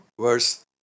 verse